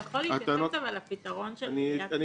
אבל אתה יכול להתייחס לפתרון של עיריית תל אביב?